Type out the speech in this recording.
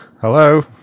Hello